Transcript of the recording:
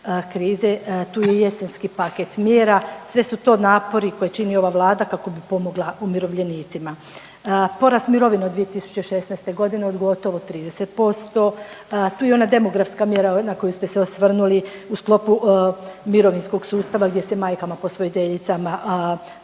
tu je i jesenski paket mjera, sve su to napori koje čini ova vlada kako bi pomogla umirovljenicima. Porast mirovine od 2016. godine od gotovo 30% i ona demografska mjera na koju ste se osvrnuli u sklopu mirovinskog sustava gdje se majkama posvojiteljicama